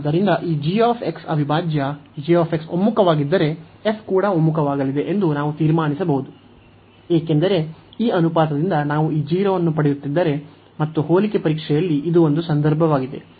ಆದ್ದರಿಂದ ಈ g ಅವಿಭಾಜ್ಯ g ಒಮ್ಮುಖವಾಗಿದ್ದರೆ f ಕೂಡ ಒಮ್ಮುಖವಾಗಲಿದೆ ಎಂದು ನಾವು ತೀರ್ಮಾನಿಸಬಹುದು ಏಕೆಂದರೆ ಈ ಅನುಪಾತದಿಂದ ನಾವು ಈ 0 ಅನ್ನು ಪಡೆಯುತ್ತಿದ್ದರೆ ಮತ್ತು ಹೋಲಿಕೆ ಪರೀಕ್ಷೆಯಲ್ಲಿ ಇದು ಒಂದು ಸಂದರ್ಭವಾಗಿದೆ